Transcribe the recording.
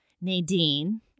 Nadine